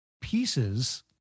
pieces